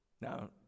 Now